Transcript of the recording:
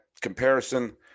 comparison